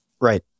Right